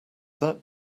that